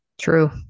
True